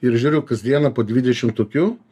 ir žiūriu kas dieną po dvidešim tokių